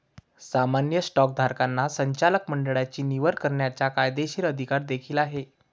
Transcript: सामान्य स्टॉकधारकांना संचालक मंडळाची निवड करण्याचा कायदेशीर अधिकार देखील आहे